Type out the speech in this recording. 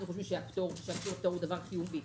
אנחנו חושבים שהוא דבר חיובי.